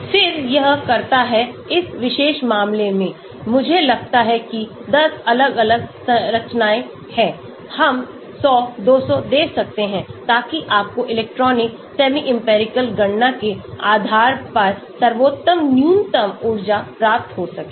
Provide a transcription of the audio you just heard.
फिर यह करता है इस विशेष मामले में मुझे लगता है कि 10 अलग अलग रचनाएं हैं हम 100 200 दे सकते हैं ताकि आपको इलेक्ट्रॉनिक सेमी इंपिरिकलगणना के आधार पर सर्वोत्तम न्यूनतम ऊर्जा प्राप्त हो सके